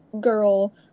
girl